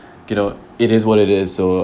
you know it is what it is so